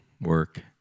work